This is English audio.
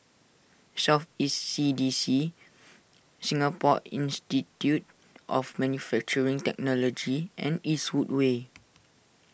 South East C D C Singapore Institute of Manufacturing Technology and Eastwood Way